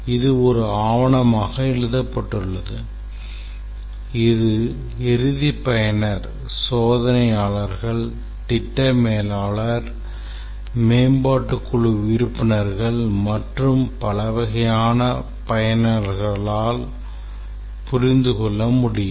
இது ஒரு ஆவணமாக எழுதப்பட்டுள்ளது இது இறுதி பயனர் சோதனையாளர்கள் திட்ட மேலாளர் மேம்பாட்டுக் குழு உறுப்பினர்கள் மற்றும் பல வகையான பயனர்களால் புரிந்து கொள்ள முடியும்